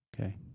Okay